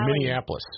Minneapolis